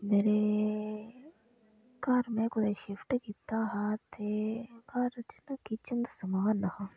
मेरे घर में कुतै शिफ्ट कीता हा ते मेरे घर च ना किचन दा समान निं हा